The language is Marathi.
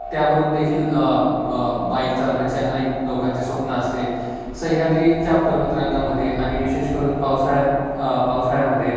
त्यावरून देखील बाईक चालवण्याचे अनेक लोकांचे स्वप्न असते सह्याद्रीच्या पर्वतरांगामध्ये आणि विशेष करून पावसाळ्या पावसाळ्यामध्ये